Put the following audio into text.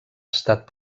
estat